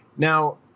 Now